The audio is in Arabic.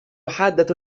حادة